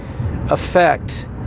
affect